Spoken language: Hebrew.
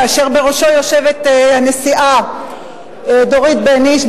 כאשר בראשו יושבת הנשיאה דורית בייניש,